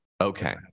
Okay